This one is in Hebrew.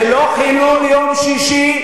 זה לא חילול יום שישי.